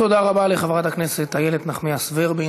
תודה רבה לחברת הכנסת איילת נחמיאס ורבין.